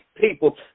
people